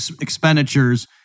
expenditures